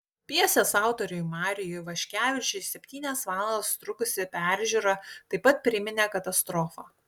pjesės autoriui mariui ivaškevičiui septynias valandas trukusi peržiūra taip pat priminė katastrofą